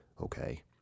okay